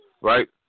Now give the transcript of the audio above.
right